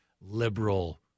liberal